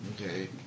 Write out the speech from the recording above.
Okay